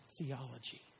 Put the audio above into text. theology